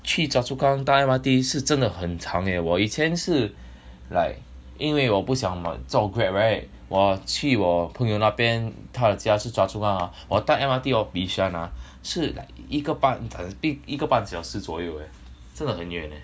去 choa chu kang 搭 M_R_T 是真的很长 eh 我以前是 like 因为我不想买坐 grab right 我去我朋友那边他的家是 choa chu ah ah 我搭 M_R_T 到 bishan ah 是一个半肯定一个半小时左右 eh 真的很远 leh